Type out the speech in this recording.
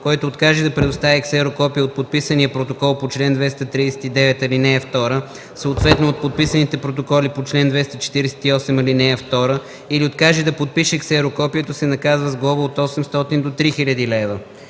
който откаже да предостави ксерокопие от подписания протокол по чл. 239, ал. 2, съответно от подписаните протоколи по чл. 248, ал. 2 или откаже да подпише ксерокопието, се наказва с глоба от 800 до 3000 лв.